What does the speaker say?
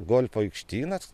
golfo aikštynas